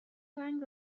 رنگ